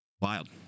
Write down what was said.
wild